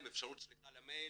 עם אפשרות שליחה למייל,